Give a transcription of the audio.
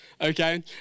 Okay